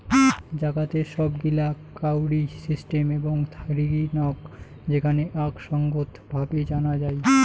জাগাতের সব গিলা কাউরি সিস্টেম এবং থারিগী নক যেখানে আক সঙ্গত ভাবে জানা যাই